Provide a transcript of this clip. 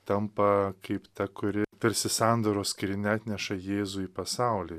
tampa kaip ta kuri tarsi sandoros skrynia atneša jėzų į pasaulį